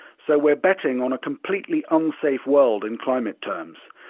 so we're betting on a completely unsafe world in climate terms.